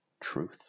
truth